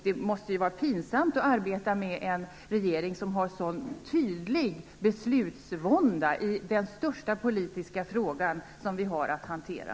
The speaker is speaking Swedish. Det måste vara pinsamt att arbeta med en regering som har en så tydlig beslutsvånda i den största politiska fråga som vi har att hantera.